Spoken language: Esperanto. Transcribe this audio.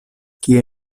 kie